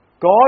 God